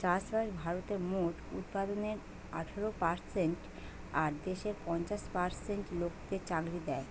চাষবাস ভারতের মোট উৎপাদনের আঠারো পারসেন্ট আর দেশের পঞ্চাশ পার্সেন্ট লোকদের চাকরি দ্যায়